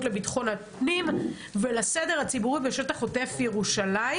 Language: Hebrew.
לביטחון הפנים ולסדר הציבורי בשטח עוטף ירושלים,